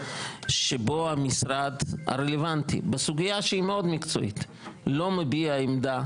שבו המשרד הרלוונטי בסוגיה שהיא מאוד מקצועית לא מביע עמדה,